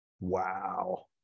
Wow